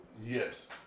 Yes